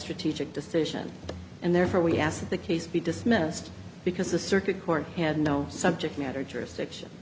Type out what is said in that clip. strategic decision and therefore we asked the case be dismissed because the circuit court had no subject matter jurisdiction